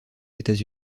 états